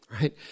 right